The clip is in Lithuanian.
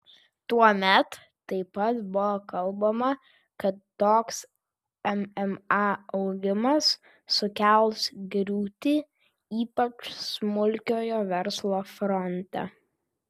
tuomet taip pat buvo kalbama kad toks mma augimas sukels griūtį ypač smulkiojo verslo fronte